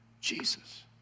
Jesus